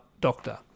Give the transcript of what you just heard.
Doctor